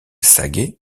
saget